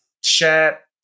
share